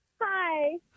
Hi